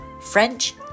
French